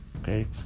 okay